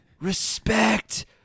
respect